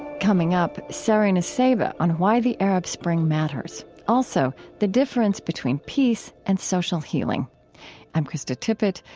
coming up, sari nusseibeh on why the arab spring matters also, the difference between peace and social healing i'm krista tippett.